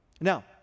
Now